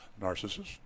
narcissist